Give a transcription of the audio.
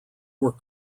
were